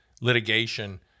litigation